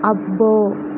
అబ్బో